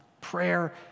Prayer